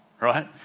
Right